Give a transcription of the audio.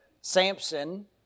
Samson